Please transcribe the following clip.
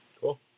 Cool